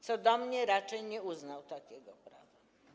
Co do mnie raczej nie uznał takiego prawa.